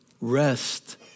rest